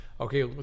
Okay